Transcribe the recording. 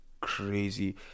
crazy